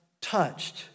touched